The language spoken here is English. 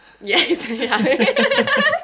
yes